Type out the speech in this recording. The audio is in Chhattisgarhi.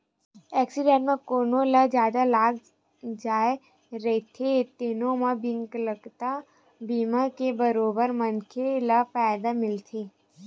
एक्सीडेंट म कोनो ल जादा लाग जाए रहिथे तेनो म बिकलांगता बीमा के बरोबर मनखे ल फायदा मिलथे